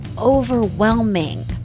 overwhelming